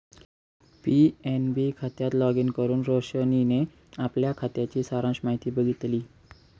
PNB खात्यात login करुन रोशनीने आपल्या खात्याची सारांश माहिती बघितली